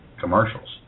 commercials